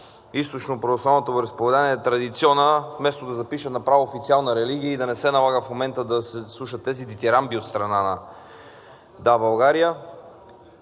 Източноправославното вероизповедание е традиционно, вместо да запишат направо официална религия, и да не се налага в момента да се слушат тези дитирамби от страна на „Да, България!“.